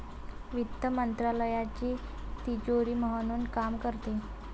वित्त मंत्रालयाची तिजोरी म्हणून काम करते